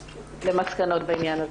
למסקנות בעניין הזה.